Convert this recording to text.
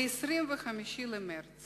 ה-25 במרס